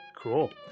cool